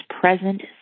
present